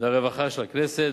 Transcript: והרווחה של הכנסת.